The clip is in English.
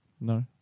No